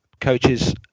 coaches